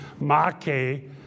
ma'ke